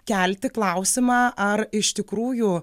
kelti klausimą ar iš tikrųjų